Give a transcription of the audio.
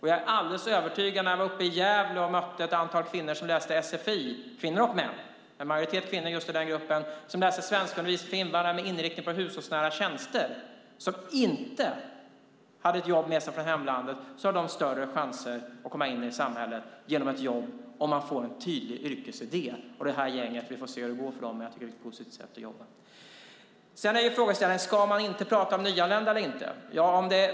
Jag var uppe i Gävle och mötte ett antal kvinnor som läste sfi. Det var både kvinnor och män, men en majoritet kvinnor just i den gruppen. De läste svenska för invandrare med inriktning på hushållsnära tjänster. De som inte har ett jobb med sig från hemlandet har större chanser att komma in i samhället genom ett jobb om de får en tydlig yrkesidé. Vi får se hur det går för det här gänget, men jag tycker att det är ett positivt sätt att jobba. Sedan är frågeställningen om man ska prata om nyanlända eller inte.